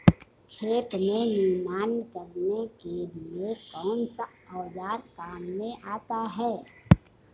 खेत में निनाण करने के लिए कौनसा औज़ार काम में आता है?